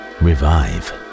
revive